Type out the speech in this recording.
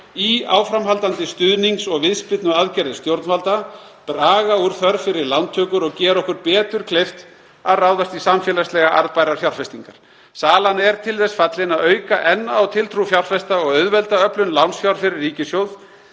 í áframhaldandi stuðnings- og viðspyrnuaðgerðir stjórnvalda, draga úr þörf fyrir lántökur og gera okkur betur kleift að ráðast í samfélagslega arðbærar fjárfestingar. Salan er til þess fallin að auka enn á tiltrú fjárfesta og auðvelda öflun lánsfjár fyrir ríkissjóð